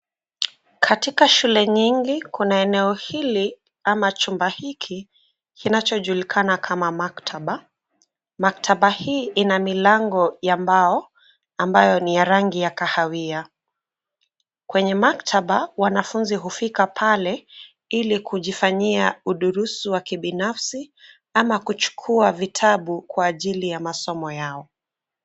Katika shule nyingi kuna eneo hili ama chumba hiki kinachojulikana kama maktaba. Maktaba hii ina milango ya mbao ambayo ni ya rangi ya kahawia. Kwenye maktaba, wanafunzi hufika pale ili kujifanyia udurusu wa kibinafsi ama kuchukua vitabu kwa ajili ya masomo yao.